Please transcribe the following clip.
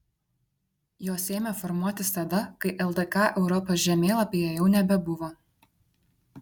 jos ėmė formuotis tada kai ldk europos žemėlapyje jau nebebuvo